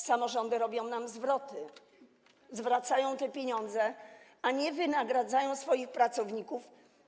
Samorządy robią zwroty, zwracają nam te pieniądze, a nie wynagradzają swoich pracowników.